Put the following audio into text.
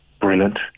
brilliant